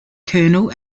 colonel